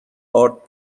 ارد